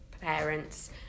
parents